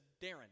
Darren